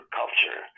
culture